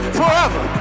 forever